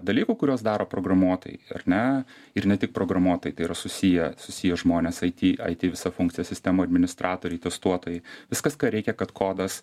dalykų kuriuos daro programuotojai ar ne ir ne tik programuotojai tai yra susiję susiję žmonės it it visa funkcijos sistemų administratoriai testuotojai viskas ką reikia kad kodas